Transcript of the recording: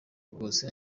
bwose